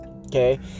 Okay